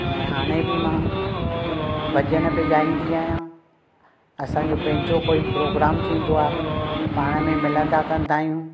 ऐं हाणे बि मां भॼन बि ॻाईंदी आहियां असां जो पंहिंजो कोई प्रोग्राम थींदो आहे पाण में मिलंदा कंदा आहियूं